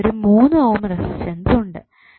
വേറെ ഒരു 3 ohm resistance ഉണ്ട്